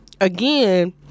again